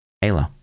Halo